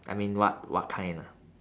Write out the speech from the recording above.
I mean what what kind ah